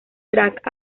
track